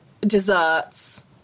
desserts